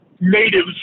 natives